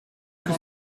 que